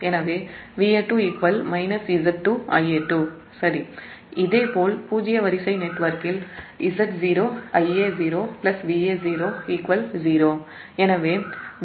எனவே Va2 Z2 Ia2 சரி இதேபோல் பூஜ்ஜிய வரிசை நெட்வொர்க்கில் Z0 Ia0 Va0 0 எனவே Va0 Z0Ia0 ஆக இருக்கும்